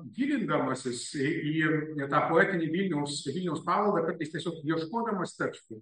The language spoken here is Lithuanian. gilindamasis į tą poetinį vilniaus vilniaus paveldą kartais tiesiog ieškodamas tekstų